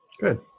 Good